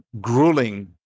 grueling